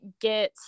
get